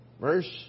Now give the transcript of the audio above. Verse